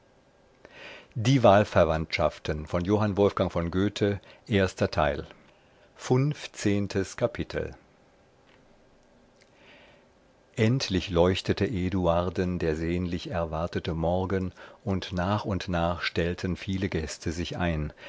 ottiliens geburt funfzehntes kapitel endlich leuchtete eduarden der sehnlich erwartete morgen und nach und nach stellten viele gäste sich ein